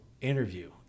interview